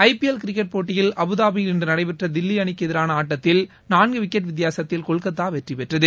ஐ P L cricket போட்டியில் அபுதாபியில் இன்று நடைபெற்ற தில்லி அணிக்கு எதிரான ஆட்டத்தில் நான்கு விக்கெட் வித்தியாசத்தில் கொல்கத்தா வெற்றிபெற்றது